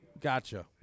Gotcha